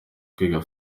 kwiga